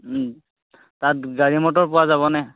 তাত গাড়ী মটৰ পোৱা যাবনে